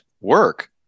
work